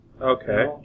Okay